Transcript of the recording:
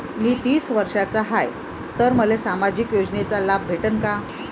मी तीस वर्षाचा हाय तर मले सामाजिक योजनेचा लाभ भेटन का?